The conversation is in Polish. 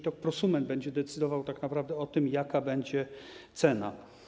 To prosument będzie decydował tak naprawdę o tym, jaka będzie cena.